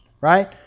right